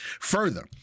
further